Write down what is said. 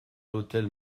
l’hôtel